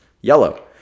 yellow